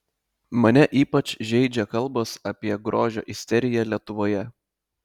mane ypač žeidžia kalbos apie grožio isteriją lietuvoje